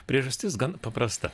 priežastis gan paprasta